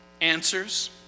Answers